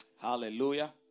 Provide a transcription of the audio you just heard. Hallelujah